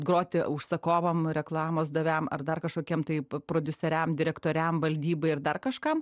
groti užsakovam reklamos davėjam ar dar kažkokiem tai prodiuseriam direktoriam valdybai ar dar kažkam